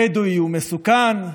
הבדואי מסוכן,